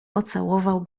pocałował